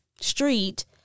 street